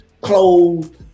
clothes